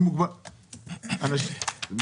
זה לא חוק של משרד השיכון?